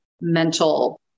mental